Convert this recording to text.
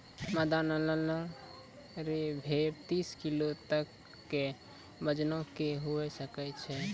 मादा नेल्लोरे भेड़ तीस किलो तक के वजनो के हुए सकै छै